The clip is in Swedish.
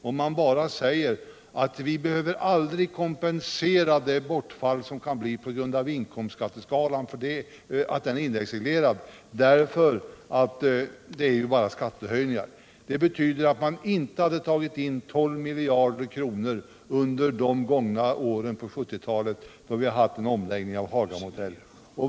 Om man säger att vi aldrig behöver kompensera det bortfall som kan uppstå på grund av att inkomstskatteskalan är indexreglerad, eftersom det ju bara är skattehöjningar, betyder ju det att man inte hade tagit in 12 miljarder kronor under de gångna åren av 1970-talet, då vi haft en omläggning av Hagamodell.